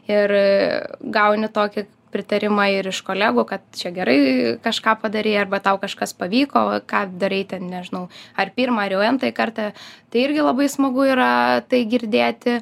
ir gauni tokį pritarimą ir iš kolegų kad čia gerai kažką padarei arba tau kažkas pavyko ką darei ten nežinau ar pirmą ar jau entąjį kartą tai irgi labai smagu yra tai girdėti